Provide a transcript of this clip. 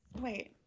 Wait